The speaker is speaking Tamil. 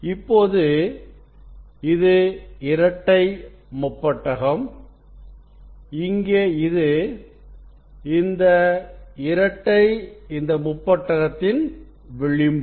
இப்போது இது இரட்டை முப்பட்டகம் இங்கே இது இந்த இரட்டை இந்த முப்பட்டகத்தின்விளிம்பு